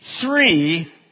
three